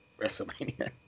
WrestleMania